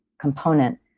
component